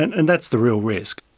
and that's the real risk.